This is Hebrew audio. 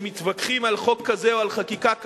וכשמתווכחים על חוק כזה או על חקיקה כזאת,